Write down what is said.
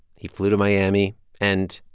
he flew to miami and,